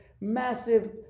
massive